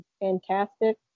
Fantastic